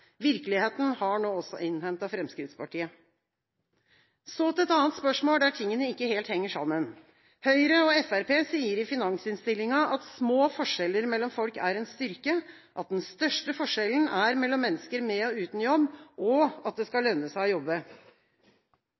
Virkeligheten har nå også innhentet Fremskrittspartiet. Så til et annet spørsmål der tingene ikke helt henger sammen: Høyre og Fremskrittspartiet sier i finansinnstillingen at små forskjeller mellom folk er en styrke, at den største forskjellen er mellom mennesker med og uten jobb, og at det skal lønne seg å jobbe.